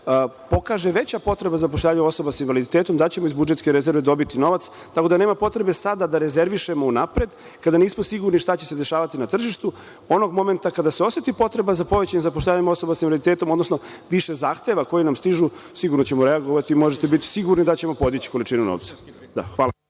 pokaže veća potreba za zapošljavanje osoba sa invaliditetom, da ćemo iz budžetske rezerve dobiti novac. Tako da nema potrebe sada da rezervišemo unapred, kada nismo sigurni šta će se dešavati na tržištu. Onog momenta kada se oseti potreba za povećanim zapošljavanjem osoba sa invaliditetom, odnosno više zahteva koji nam stižu, sigurno ćemo reagovati, možete biti sigurni da ćemo podići količinu novca. Hvala.